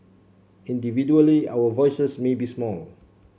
individually our voices may be small